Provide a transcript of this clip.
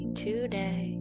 today